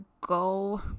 go